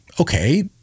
Okay